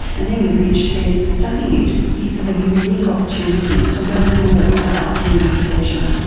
anina rich says studying it gives a unique opportunity to learn more about human perception.